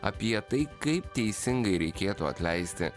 apie tai kaip teisingai reikėtų atleisti